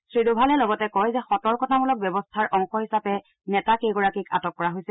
শ্ৰীডোভালে লগতে কয় যে সতৰ্কতামূলক ব্যৱস্থাৰ অংশ হিচাপে নেতাকেইগৰাকীক আটক কৰা হৈছে